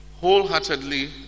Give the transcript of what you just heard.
Wholeheartedly